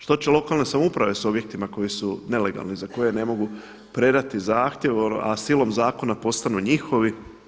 Što će lokalne samouprave s objektima koji su nelegalni, za koje ne mogu predati zahtjev a silom zakona postanu njihovi?